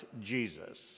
Jesus